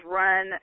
run